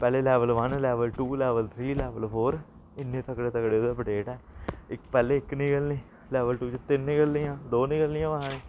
पैह्लें level one level two level three level four इन्ने तकड़े तकड़े अपडेट ऐ इक पैह्ले इक निकलनी लैवल टू च तिन्न निकलनियां दो निकलनियां